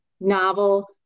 novel